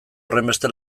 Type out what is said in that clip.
horrenbeste